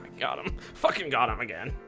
got him fucking got him again